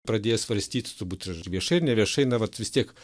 pradėję svarstyti turbūt ir viešai ir neviešai na vat vis tiek